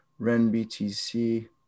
RenBTC